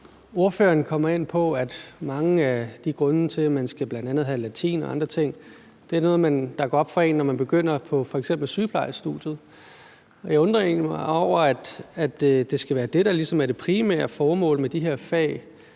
Ordføreren kommer ind på, at mange af grundene til, at man bl.a. skal have latin og andre ting, er noget, der går op for en, når man begynder på f.eks. sygeplejestudiet. Jeg undrer mig egentlig over, at det skal være det, der ligesom er det primære formål med de her fag.